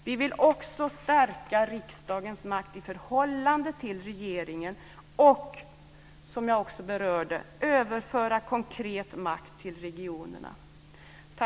Vi vill också stärka riksdagens makt i förhållande till regeringen, och vi vill överföra konkret makt till regionerna.